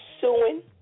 suing